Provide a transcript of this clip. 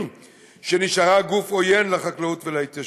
שנשארה גוף עוין לחקלאות ולהתיישבות.